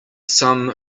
some